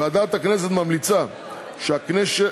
ועדת הכנסת ממליצה שהכנסת